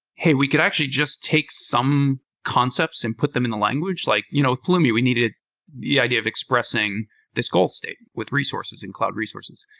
hey, we could actually just takes some concepts and put them in the language. at like you know pulumi, we needed the idea of expressing this goal state with resources and cloud resources,